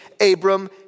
Abram